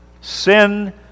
Sin